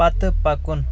پتہٕ پکُن